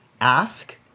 ask